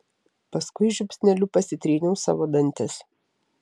paskui žiupsneliu pasitryniau savo dantis